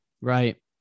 Right